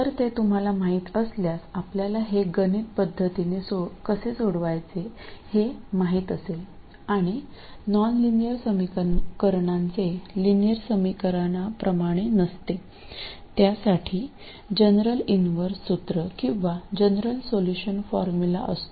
जर ते तुम्हाला माहीत असल्यास आपल्याला हे गणित पद्धतीने कसे सोडवायचे हे माहित असेल आणि नॉनलिनियर समीकरणांचे लिनियर समीकरणा प्रमाणे नसते त्यासाठी जनरल इन्व्हर्स सूत्र किंवा जनरल सोल्युशन फॉर्म्युला असतो